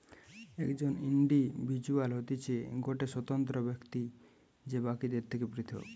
একজন ইন্ডিভিজুয়াল হতিছে গটে স্বতন্ত্র ব্যক্তি যে বাকিদের থেকে পৃথক